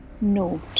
Note